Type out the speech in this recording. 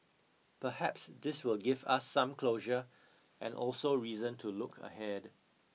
perhaps this will give us some closure and also reason to look ahead